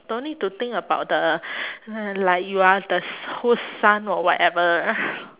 don't need to think about the like you are the s~ whose son or whatever